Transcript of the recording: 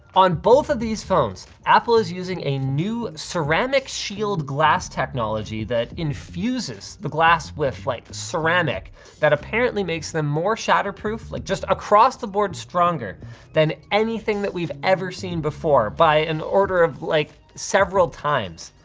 on both of these phones, apple is using a new ceramic shield glass technology that infuses the glass with like ceramic that apparently makes them more shatterproof, like just across the board stronger than anything that we've ever seen before by an order of like several times.